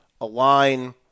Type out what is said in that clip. align